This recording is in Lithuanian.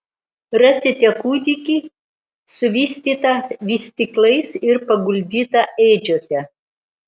rasite kūdikį suvystytą vystyklais ir paguldytą ėdžiose